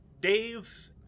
Dave